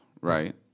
right